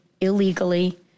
illegally